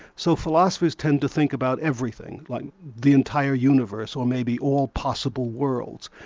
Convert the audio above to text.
so philosophers tend to think about everything, like the entire universe, or maybe all possible worlds,